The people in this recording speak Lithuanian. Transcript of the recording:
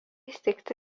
įsteigta